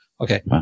okay